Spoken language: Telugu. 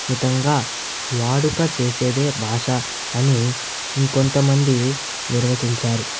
మితంగా వాడుక చేసేదే భాష అని ఇంకొంతమంది నిర్వచించారు